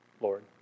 Lord